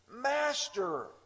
Master